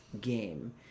game